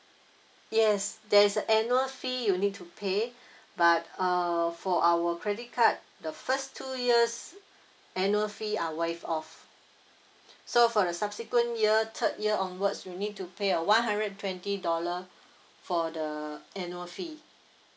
yes there's a annual fee you need to pay but uh for our credit card the first two years annual fee are waived off so for the subsequent year third year onwards you need to pay uh one hundred twenty dollar for the annual fee